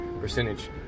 percentage